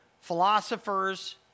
philosophers